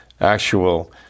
actual